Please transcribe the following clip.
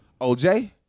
OJ